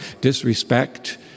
disrespect